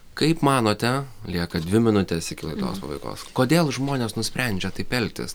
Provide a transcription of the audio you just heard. kaip manote lieka dvi minutės iki laidos pabaigos kodėl žmonės nusprendžia taip elgtis